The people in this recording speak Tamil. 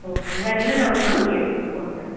ஓகேங்க வேறே என்ன டவுட்னாலும் கேளுங்க ஃபோன் பண்ணி